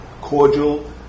cordial